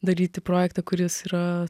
daryti projektą kuris yra